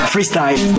Freestyle